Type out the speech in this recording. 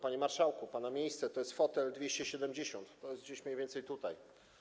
Panie marszałku, pana miejsce to jest fotel 270, to jest gdzieś mniej więcej tutaj.